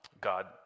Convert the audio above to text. God